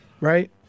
right